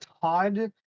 Todd